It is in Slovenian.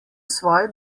svoje